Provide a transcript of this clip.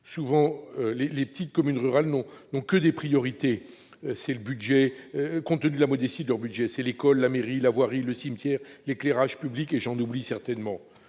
coûteuse. Les petites communes rurales n'ont que des priorités, compte tenu de la modestie de leur budget : l'école, la mairie, la voirie, le cimetière, l'éclairage public, et j'en oublie certainement.